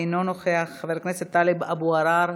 אינו נוכח, חבר הכנסת טלב אבו עראר,